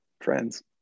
friends